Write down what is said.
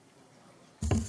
פה.